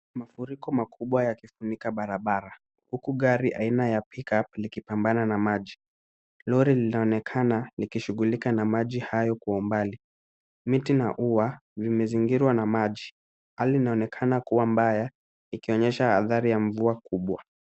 Mafuriko makubwa yakifunika barabara huku gari aina ya pickup likipambana na maji. Lori linaonekana likishughulika na maji hayo kwa umbali, mti na ua vimezingirwa na maji. Hali inaonekana kuwa mbaya ikionyesha athari ya mvua kubwa.